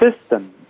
system